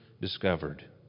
discovered